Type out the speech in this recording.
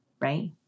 right